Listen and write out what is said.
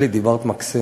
שלי, דיברת מקסים.